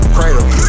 Cradle